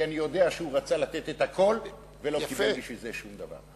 כי אני יודע שהוא רצה לתת את הכול ולא קיבל בשביל זה שום דבר.